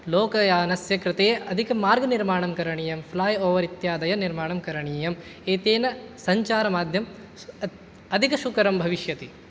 लोकयानस्य कृते अधिकमार्गनिर्माणं करणीयं फ़्लै ओवर् इत्यादयः निर्माणं करणीयं एतेन सञ्चारमाध्यम अधिकसुकरं भविष्यति